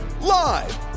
Live